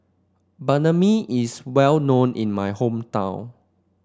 Banh Mi is well known in my hometown